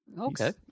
Okay